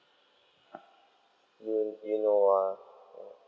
i~ innova